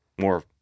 more